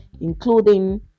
including